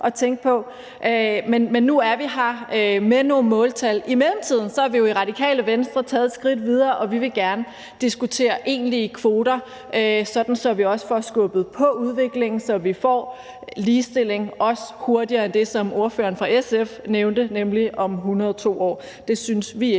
men nu er vi her med nogle måltal. I mellemtiden er vi i Radikale Venstre gået et skridt videre, og vi vil gerne diskutere egentlige kvoter, så vi også får skubbet på udviklingen og får ligestilling hurtigere end om 102 år, som ordføreren for SF sagde. Det synes vi ikke